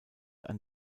ein